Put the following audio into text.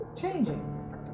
changing